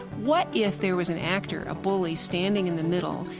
what if there was an act or a bully standing in the middle,